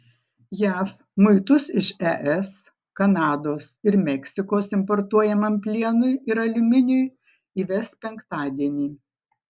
jav muitus iš es kanados ir meksikos importuojamam plienui ir aliuminiui įves penktadienį